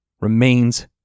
remains